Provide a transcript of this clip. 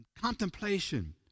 contemplation